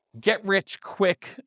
get-rich-quick